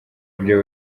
ibyo